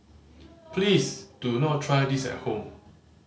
please do not try this at home